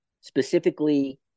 specifically